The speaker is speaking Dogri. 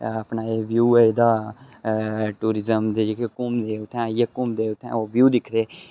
अपने एह् व्यू ऐ एहदा टूरिस्टम दे जेह्के घुमदे उत्थें आईये घुमदे उत्थें व्यू दिखदे